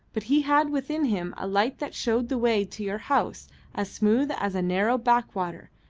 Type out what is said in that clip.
but he had within him a light that showed the way to your house as smooth as a narrow backwater,